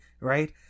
right